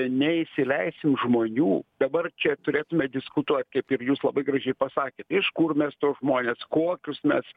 neįsileisim žmonių dabar čia turėtume diskutuot kaip ir jūs labai gražiai pasakėt iš kur mes tuos žmones kokius mes